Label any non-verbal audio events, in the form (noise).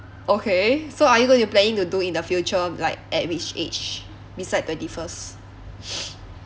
okay so are you going to planning to do in the future like at which age beside twenty first (breath)